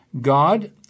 God